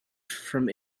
from